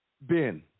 Ben